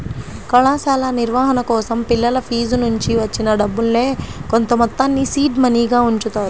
కళాశాల నిర్వహణ కోసం పిల్లల ఫీజునుంచి వచ్చిన డబ్బుల్నే కొంతమొత్తాన్ని సీడ్ మనీగా ఉంచుతారు